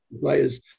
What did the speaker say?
players